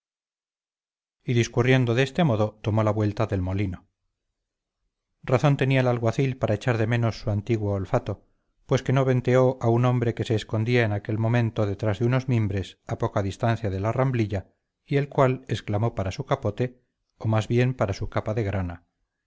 y discurriendo de este modo tomó la vuelta al molino razón tenía el alguacil para echar de menos su antiguo olfato pues que no venteó a un hombre que se escondía en aquel momento detrás de unos mimbres a poca distancia de la ramblilla y el cual exclamó para su capote o más bien para su capa grana